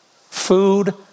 food